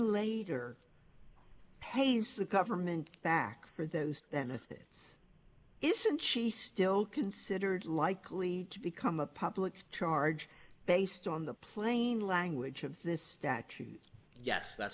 later pays the government back for those then if it isn't she still considered likely to become a public charge based on the plain language of this statute yes that's